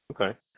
Okay